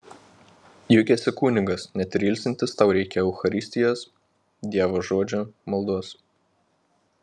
juk esi kunigas net ir ilsintis tau reikia eucharistijos dievo žodžio maldos